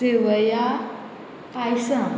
शिवया payasam